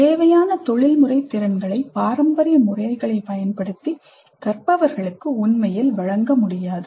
தேவையான தொழில்முறை திறன்களை பாரம்பரிய முறைகளைப் பயன்படுத்தி கற்பவர்களுக்கு உண்மையில் வழங்க முடியாது